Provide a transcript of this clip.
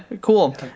Cool